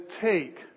take